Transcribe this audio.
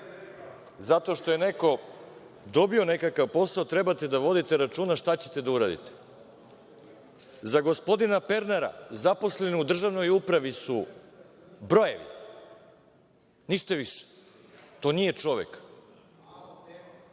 zato što je neko dobio nekakav posao, trebate da vodite računa šta ćete da uradite. Za gospodina Pernara zaposleni u državnoj upravi su brojevi, ništa više. To nije čovek.